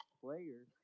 players